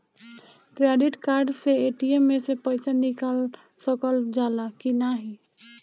Credit card से ATM से पइसा निकाल सकल जाला की नाहीं?